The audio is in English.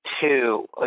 two